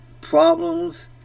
problems